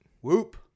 Whoop